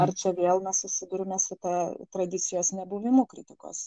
ar čia vėl mes susiduriame su ta tradicijos nebuvimu kritikos